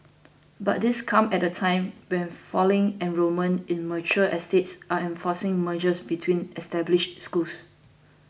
but this comes at a time when falling enrolment in mature estates are enforcing mergers between established schools